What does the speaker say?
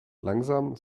langsam